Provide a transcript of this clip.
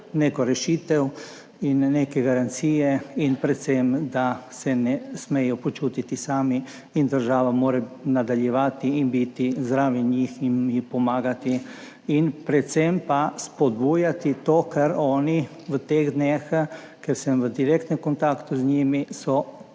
neko rešitev in neke garancije in predvsem se ne smejo počutiti sami. Država mora nadaljevati in biti zraven njih in jim pomagati. Predvsem pa spodbujati to, kar so oni v teh dneh – sem v direktnem kontaktu z njimi –